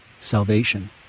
salvation